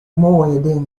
moaie